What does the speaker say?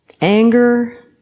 anger